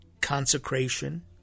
consecration